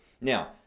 now